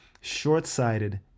short-sighted